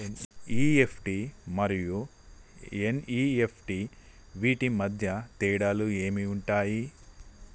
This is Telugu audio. ఇ.ఎఫ్.టి మరియు ఎన్.ఇ.ఎఫ్.టి వీటి మధ్య తేడాలు ఏమి ఉంటాయి?